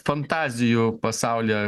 fantazijų pasauly